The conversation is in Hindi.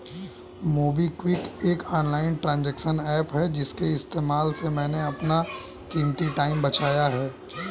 मोबिक्विक एक ऑनलाइन ट्रांजेक्शन एप्प है इसके इस्तेमाल से मैंने अपना कीमती टाइम बचाया है